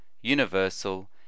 universal